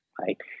right